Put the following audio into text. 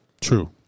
True